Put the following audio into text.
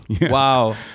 Wow